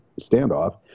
standoff